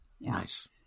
Nice